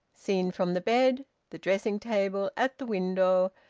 seen from the bed, the dressing-table, at the window,